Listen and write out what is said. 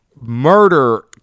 murder